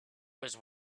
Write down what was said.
was